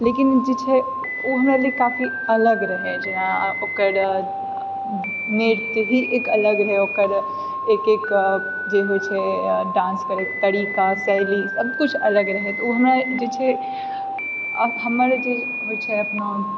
लेकिन जे छै ओ हमरा लए काफी अलग रहए जेना ओकर नृत्य ही एक अलग है ओकर एक एक जे होइत छै डान्स करएके तरिका शैली सभ किछु अलग रहए तऽ ओ हमरा जे छै हमर जे होइ छै अपना